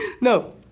No